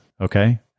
Okay